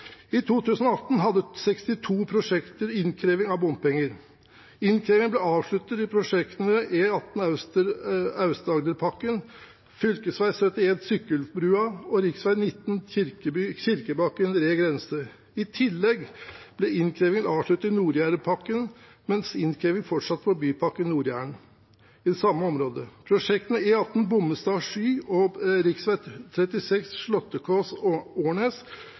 I 2018 hadde 62 prosjekter innkreving av bompenger. Innkreving ble avsluttet i prosjektene E18 Aust-Agderpakken, fv. 71 Sykkylvsbrua og rv. 19 Kirkebakken–Re grense. I tillegg ble innkreving avsluttet i Nord-Jæren-pakken, mens innkreving fortsatte i Bypakke Nord-Jæren i samme område. For prosjektene E18 Bommestad–Sky og rv. 36